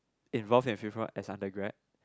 involved in fifth row as undergrad